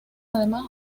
además